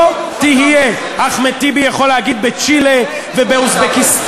מנחם בגין